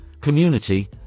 community